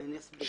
אני אסביר.